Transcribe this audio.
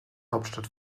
hauptstadt